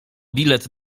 bilet